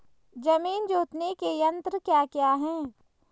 जमीन जोतने के यंत्र क्या क्या हैं?